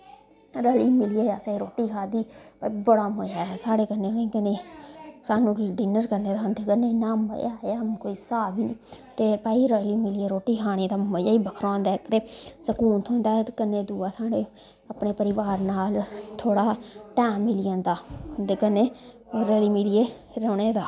रली मिलियै असें रुट्टी खाद्धी बड़ा मज़ा आया साढ़े कन्नै उनेंई कन्नै स्हानू डिन्नर करने दा उं'दे कन्नेै इन्ने मज़ा आया कोई हिसाब ई नी ते भाई रली मिलियै रोटी खाने दा मज़ा ई बक्खरा होंदा इक ते स्कून थ्होंदा ऐ ते कन्ने दुआ साढ़े अपने परिवार नाल थोह्ड़ा टैम मिली जंदा ते कन्ने रली मिलिये रौह्ने दा